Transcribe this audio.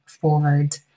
forward